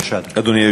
בבקשה, אדוני.